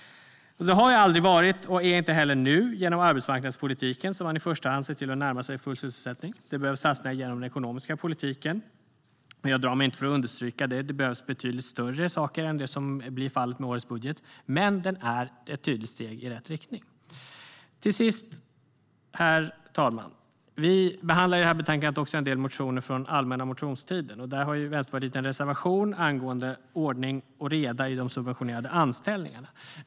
Det har aldrig varit, och är inte heller nu, genom arbetsmarknadspolitiken som man i första hand ser till att närma sig full sysselsättning. Det behövs satsningar genom den ekonomiska politiken. Jag drar mig inte för att understryka att det behövs betydligt större saker än det som blir fallet med årets budget, men den är ett tydligt steg i rätt riktning. Till sist, herr talman: Vi behandlar i det här betänkandet också en del motioner från allmänna motionstiden, och där har Vänsterpartiet en reservation angående ordning och reda i de subventionerade anställningarna.